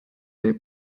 der